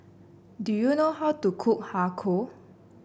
do you know how to cook Har Kow